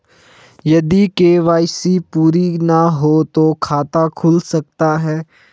यदि के.वाई.सी पूरी ना हो तो खाता खुल सकता है?